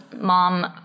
mom